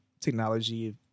technology